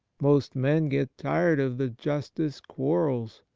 most men get tired of the justest quarrels.